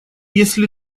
если